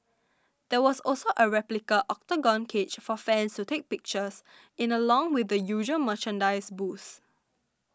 there was also a replica Octagon cage for fans to take pictures in along with the usual merchandise booths